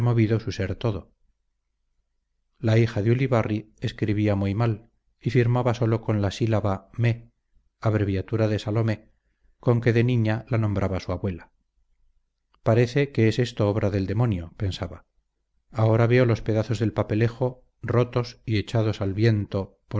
su ser todo la hija de ulibarri escribía muy mal y firmaba sólo con la sílaba mé abreviatura de salomé con que de niña la nombraba su abuela parece que es esto obra del demonio pensaba ahora veo los pedazos del papelejo rotos y echados al viento